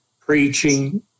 preaching